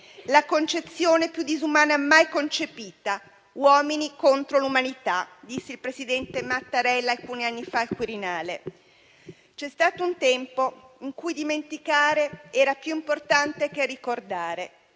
La concezione più disumana mai concepita, «uomini contro l'umanità» disse il presidente Mattarella alcuni anni fa al Quirinale. C'è stato un tempo in cui dimenticare era più importante che ricordare.